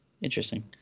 Interesting